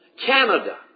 Canada